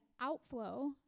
outflow